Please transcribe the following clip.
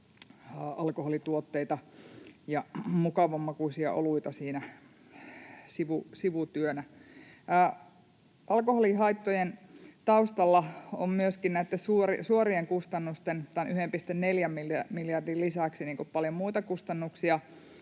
alkoholituotteita ja mukavan makuisia oluita siinä sivutyönä. Alkoholihaittojen taustalla on näitten suorien kustannusten, tämän 1,4 miljardin, lisäksi myöskin paljon muita kustannuksia,